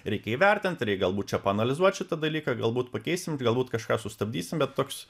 reikia įvertint reik galbūt čia paanalizuot šitą dalyką galbūt pakeisim galbūt kažką sustabdysim bet toks